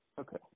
Okay